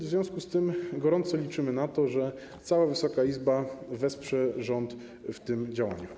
W związku z tym gorąco liczymy na to, że cała Wysoka Izba wesprze rząd w tym działaniu.